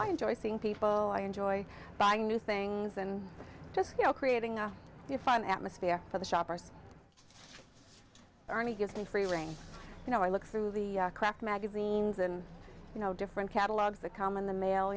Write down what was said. i enjoy seeing people i enjoy buying new things and just you know creating a defined atmosphere for the shoppers bernie gives me a feeling you know i look through the crack magazines and you know different catalogs that come in the mail